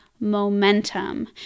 momentum